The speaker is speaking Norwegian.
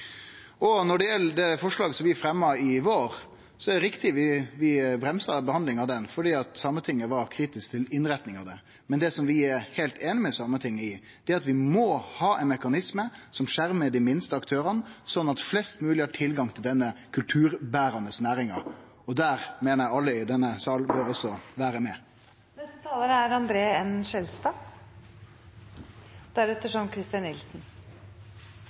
dag. Når det gjeld det forslaget som vi fremja i vår, er det riktig at vi bremsa behandlinga av det fordi Sametinget var kritisk til den innretninga. Men det som vi er heilt einige med Sametinget om, er at vi må ha ein mekanisme som skjermar dei minste aktørane, sånn at flest mogleg har tilgang til denne kulturberande næringa. Der meiner eg alle i denne salen også må vere med. Jeg har sittet og lyttet på debatten i dag, uten at jeg synes at det nødvendigvis er så